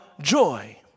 joy